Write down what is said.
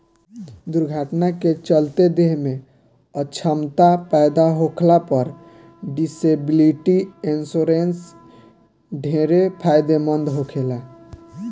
दुर्घटना के चलते देह में अछमता पैदा होखला पर डिसेबिलिटी इंश्योरेंस ढेरे फायदेमंद होखेला